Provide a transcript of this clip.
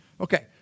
Okay